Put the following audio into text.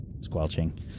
squelching